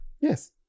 yes